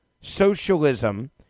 socialism